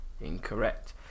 Incorrect